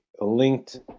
linked